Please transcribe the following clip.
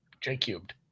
J-cubed